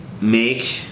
make